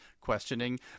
questioning